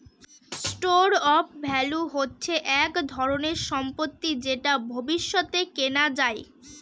store of value হচ্ছে এক ধরনের সম্পত্তি যেটা ভবিষ্যতে কেনা যায়